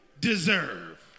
deserve